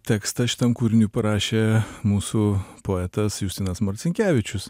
tekstą šitam kūriniui parašė mūsų poetas justinas marcinkevičius